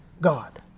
God